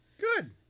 Good